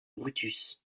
brutus